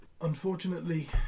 Unfortunately